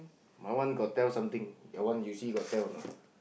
my one got tell something your one you see got tell or not